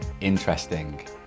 interesting